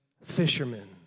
fishermen